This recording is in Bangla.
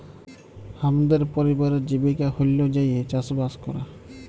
হামদের পরিবারের জীবিকা হল্য যাঁইয়ে চাসবাস করা